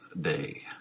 day